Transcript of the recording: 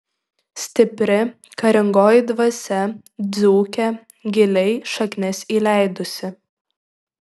stipri karingoji dvasia dzūke giliai šaknis įleidusi